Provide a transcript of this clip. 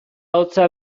hotza